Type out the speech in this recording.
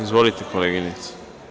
Izvolite, koleginice.